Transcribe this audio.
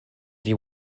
you